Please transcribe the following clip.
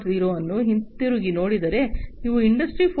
0 ಅನ್ನು ಹಿಂತಿರುಗಿ ನೋಡಿದರೆ ನೀವು ಇಂಡಸ್ಟ್ರಿ 4